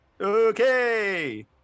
Okay